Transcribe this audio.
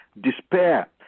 despair